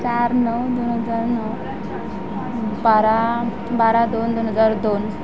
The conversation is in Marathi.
चार नऊ दोन हजार नऊ बारा बारा दोन दोन हजार दोन